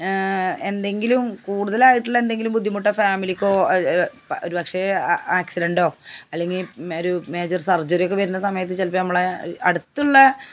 എന്തെങ്കിലും കൂട്തലായിട്ടുള്ള എന്തെങ്കിലും ബുദ്ധിമുട്ടോ ഫാമിലിക്കോ ഒരു പ്ക്ഷെ ആക്സിഡൻ്റോ അല്ലെങ്കിൽ ഒരു മേജര് സര്ജറിയൊക്കെ വരുന്ന സമയത്ത് ചിലപ്പം നമ്മളെ അടുത്തുള്ള